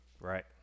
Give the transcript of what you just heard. Right